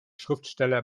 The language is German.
schriftsteller